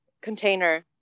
container